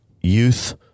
youth